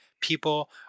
people